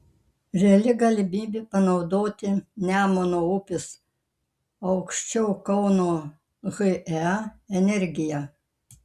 reali galimybė panaudoti nemuno upės aukščiau kauno he energiją